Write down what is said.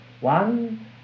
One